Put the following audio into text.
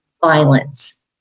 violence